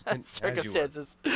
circumstances